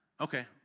Okay